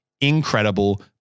incredible